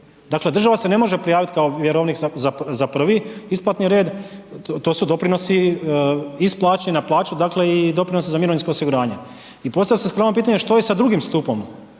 dakle država se ne može prijavit kao vjerovnik za prvi isplatni red, to su doprinosi iz plaće i na plaću, dakle i doprinosi za mirovinsko osiguranje i postavlja se s pravom pitanje što je sa drugim stupom